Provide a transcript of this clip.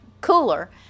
cooler